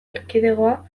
erkidegoa